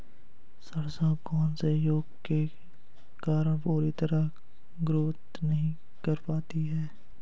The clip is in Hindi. सरसों कौन से रोग के कारण पूरी तरह ग्रोथ नहीं कर पाती है?